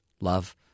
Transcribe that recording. love